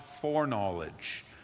foreknowledge